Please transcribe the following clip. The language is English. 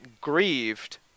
grieved